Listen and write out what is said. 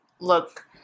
look